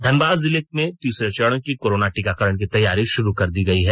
धनबाद जिले में तीसरे चरण की कोरोना टीकाकरण की तैयारी शुरू कर दी गई है